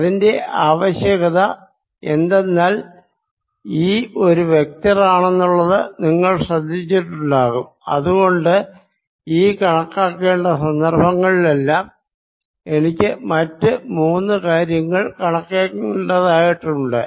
അതിന്റെ ആവശ്യകത എന്തെന്നാൽ E ഒരു വെക്ടറാണെന്നത് നിങ്ങൾ ശ്രദ്ധിച്ചിട്ടുണ്ടാകും അതുകൊണ്ട് E കണക്കാക്കേണ്ട സന്ദർഭങ്ങളിലെല്ലാം എനിക്ക് മൂന്നു കാര്യങ്ങൾ കണക്കാക്കേണ്ടതായുണ്ട്